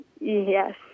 Yes